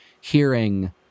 hearing